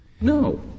No